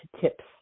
tips